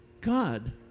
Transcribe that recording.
God